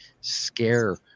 scare